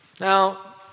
Now